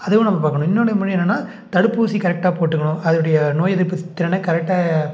அதுவும் நம்ம பார்க்கணும் இன்னொன்று முன்னாடி என்னன்னா தடுப்பூசி கரெக்டாக போட்டுக்கணும் அதோடைய நோய் எதிர்ப்பு சக்தியினால கரெக்டாக